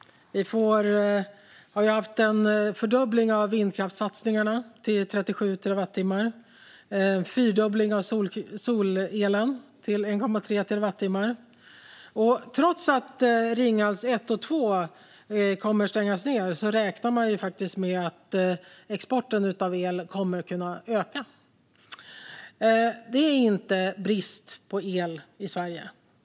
Vi har haft en fördubbling av satsningarna på vindkraft, till 37 terawattimmar, och en fyrdubbling av solelen, till 1,3 terawattimmar. Trots att Ringhals 1 och 2 kommer att stängas ned räknar man med att exporten av el kommer att kunna öka. Det råder inte brist på el i Sverige.